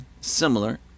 Similar